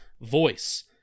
voice